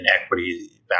equity